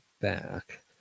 back